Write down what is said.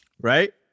Right